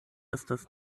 estas